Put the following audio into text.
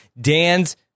Dan's